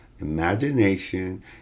imagination